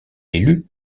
élu